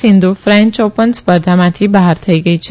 Sindhu French Open સ્પર્ધામાંથી બહાર થઇ ગઇ છે